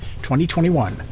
2021